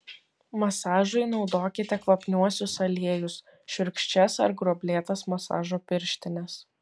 masažui naudokite kvapniuosius aliejus šiurkščias ar gruoblėtas masažo pirštines